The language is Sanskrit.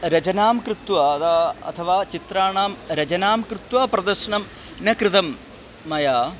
रचनां कृत्वा अथवा चित्राणां रचनां कृत्वा प्रदर्शनं न कृतं मया